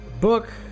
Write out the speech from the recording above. book